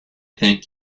thank